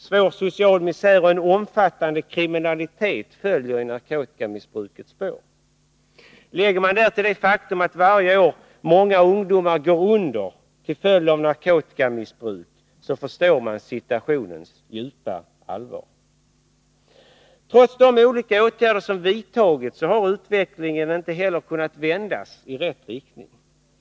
Svår social misär och en omfattande kriminalitet följer i narkotikamissbrukets spår. Lägger man därtill det faktum att många ungdomar varje år går under på grund av narkotikamissbruk, förstår man situationens djupa allvar. Trots de olika åtgärder som vidtagits har inte utvecklingen kunnat vändas i rätt riktning.